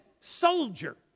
soldier